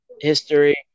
history